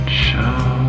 show